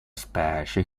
specie